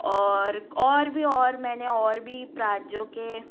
और और भी और मैंने और भी प्राजो के